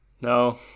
No